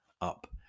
up